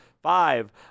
Five